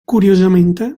curiosamente